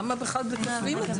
למה בכלל מתארים את זה?